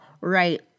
right